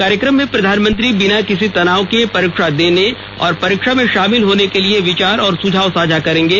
कार्यक्रम में प्रधानमंत्री बिना किसी तनाव के परीक्षा देने और परीक्षा में शामिल होने के लिए विचार और सुझाव साझा करेंगे